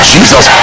Jesus